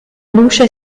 luce